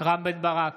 רם בן ברק,